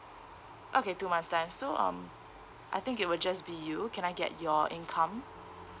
okay two months' time so um I think it will just be you can I get your income